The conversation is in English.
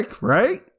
right